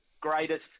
greatest